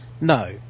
No